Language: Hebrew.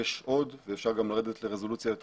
יש עוד ואפשר גם לרדת לרזולוציה יותר